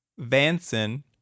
Vanson